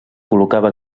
col·locava